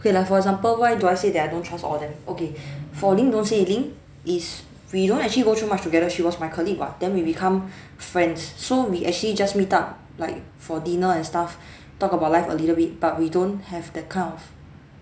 okay like for example why do I say that I don't trust all of them okay for ling don't say ling is we don't actually go through much together she was my colleague [what] then we become friends so we actually just meet up like for dinner and stuff talk about life a little bit but we don't have that kind of